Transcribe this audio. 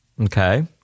Okay